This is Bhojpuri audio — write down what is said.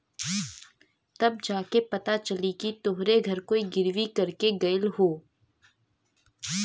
तब जा के पता चली कि तोहरे घर कोई गिर्वी कर के गयल हौ